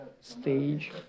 stage